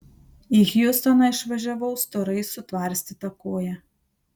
į hjustoną išvažiavau storai sutvarstyta koja